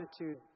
attitude